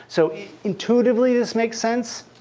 so intuitively this makes sense.